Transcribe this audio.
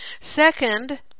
Second